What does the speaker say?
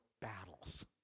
battles